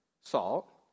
salt